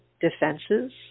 defenses